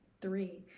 three